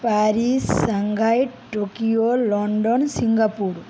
Paris Shanghai Tokyo London Singapore